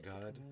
god